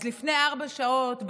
אז לפני ארבע שעות,